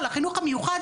על הדיון המיוחד,